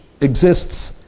exists